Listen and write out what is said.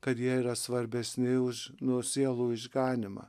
kad jie yra svarbesni už nu sielų išganymą